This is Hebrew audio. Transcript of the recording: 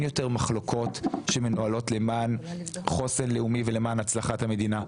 יותר מחלוקות שמנוהלות למען חוסן לאומי ולמען הצלחת המדינה.